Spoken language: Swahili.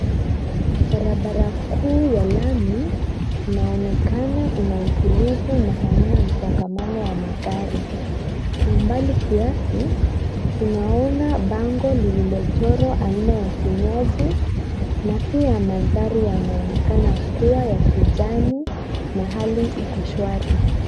Barabara kuu ya lami inaonekana ina utulivu na halina msongamano wa magari. Kwa umbali kiasi tunaona bango lililochorwa aina ya kinywaji na pia mandhari yanaonekana kuwa ya kijani na hali iko shwari.